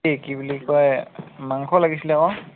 এ কি বুলি কয় মাংস লাগিছিলে আকৌ